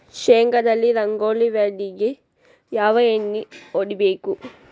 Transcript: ಶೇಂಗಾದಲ್ಲಿ ರಂಗೋಲಿ ವ್ಯಾಧಿಗೆ ಯಾವ ಎಣ್ಣಿ ಹೊಡಿಬೇಕು?